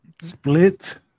Split